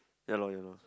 ya lorh ya lorh